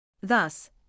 Thus